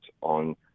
on